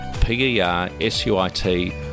P-E-R-S-U-I-T